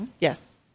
Yes